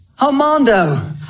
Armando